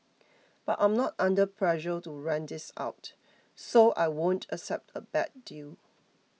but I'm not under pressure to rent this out so I won't accept a bad deal